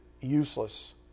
useless